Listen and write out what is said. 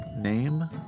Name